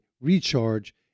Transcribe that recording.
recharge